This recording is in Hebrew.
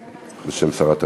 בשם שרת המשפטים.